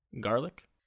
garlic